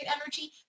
energy